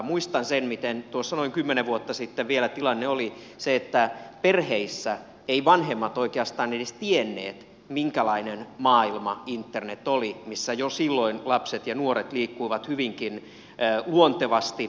muistan sen miten tuossa noin kymmenen vuotta sitten vielä tilanne oli se että perheissä eivät vanhemmat oikeastaan edes tienneet minkälainen maailma internet oli missä jo silloin lapset ja nuoret liikkuivat hyvinkin luontevasti